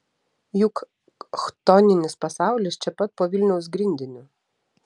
juk chtoninis pasaulis čia pat po vilniaus grindiniu